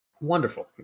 Wonderful